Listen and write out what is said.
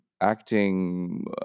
acting